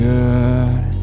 good